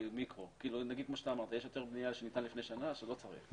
יש היתר בנייה שניתן לפני שנה, שלא צריך.